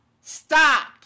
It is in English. stop